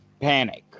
panic